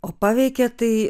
o paveikė tai